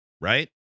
right